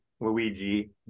Luigi